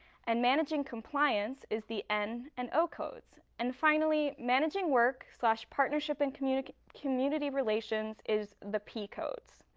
and managing compliance is the n and o codes. and finally, managing work so ah partnership and community community relations is the p codes.